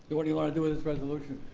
what do you want to do with this resolution?